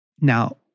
Now